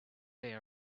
they